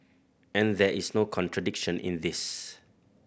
and there is no contradiction in this